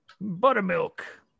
buttermilk